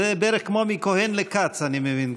זה בערך כמו מכהן לכץ, אני מבין.